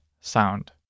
sound